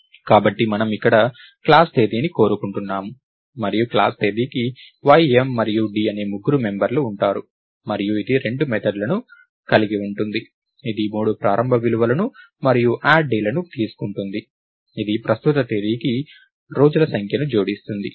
కాబట్టి మనము ఇక్కడ క్లాస్ తేదీని కోరుకుంటున్నాము మరియు క్లాస్ తేదీకి y m మరియు d అనే ముగ్గురు మెంబర్లు ఉంటారు మరియు ఇది రెండు మెథడ్ ను కలిగి ఉంటుంది ఇది మూడు ప్రారంభ విలువలను మరియు యాడ్ డే లను తీసుకుంటుంది ఇది ప్రస్తుత తేదీకి రోజుల సంఖ్యను జోడిస్తుంది